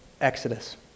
Exodus